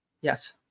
yes